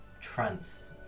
trance